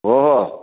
ओ